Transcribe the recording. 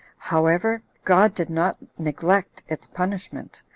however, god did not neglect its punishment,